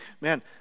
man